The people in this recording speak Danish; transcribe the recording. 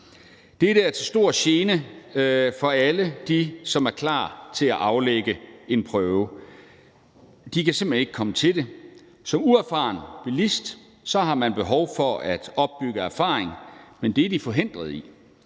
Dette er til stor gene for alle dem, som er klar til at aflægge en prøve. De kan simpelt hen ikke komme til det. Som uerfaren bilist har man behov for at opbygge erfaring, men det er de forhindret i.